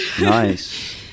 nice